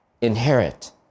inherit